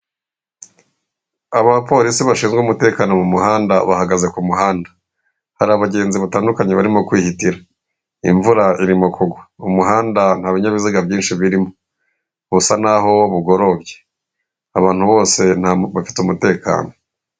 Aba bapolisi bashinzwe umutekano mu muhanda bahagaze ku muhanda. Hari abagenzi batandukanye barimo kwihitira. Imvura irimo kugwa umuhanda nta binyabiziga byinshi birimo, busa naho bugorobye abantu bose bafite umutekano.